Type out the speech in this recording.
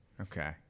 Okay